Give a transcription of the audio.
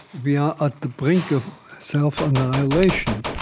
we are at the brink of self-annihilation.